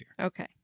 Okay